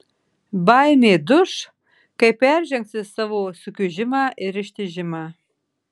baimė duš kai peržengsi savo sukiužimą ir ištižimą